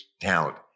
talent